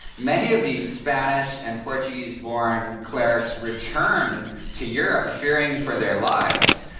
many of these spanish and portuguese born clerics return to europe fearing for their lives.